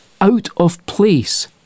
out-of-place